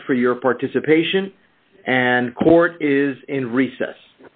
much for your participation and court is in recess